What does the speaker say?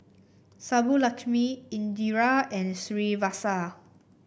Subbulakshmi Indira and Srinivasa